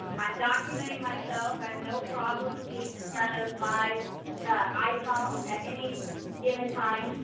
um i'm documenting myself, i have no problem being in front of my iphone at any given time.